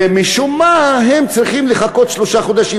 ומשום מה הם צריכים לחכות שלושה חודשים.